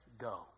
go